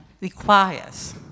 requires